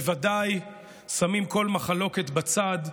בוודאי שמים כל מחלוקת בצד,